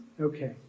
Okay